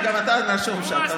כי גם אתה רשום שם,